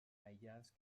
aïllats